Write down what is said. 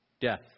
death